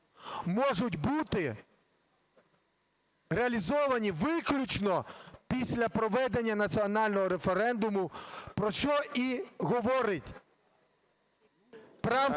можуть бути реалізовані виключно після проведення національного референдуму, про що і говорить правка…